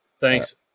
Thanks